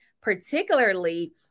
particularly